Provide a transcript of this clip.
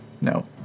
no